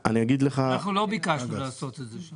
אנחנו לא ביקשנו לעשות את זה.